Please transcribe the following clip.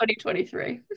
2023